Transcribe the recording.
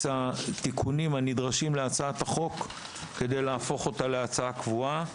התיקונים הנדרשים להצעת החוק כדי להפוך אותה להצעה קבועה: